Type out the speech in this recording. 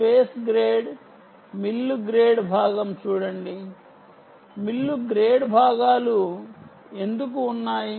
space grade mill grade భాగం చూడండి mill grade భాగాలు ఎందుకు ఉన్నాయి